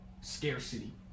scarcity